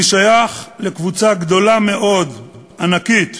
אני שייך לקבוצה גדולה מאוד, ענקית,